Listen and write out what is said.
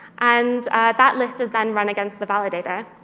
and that list is then run against the validator.